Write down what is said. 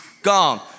Gone